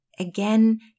Again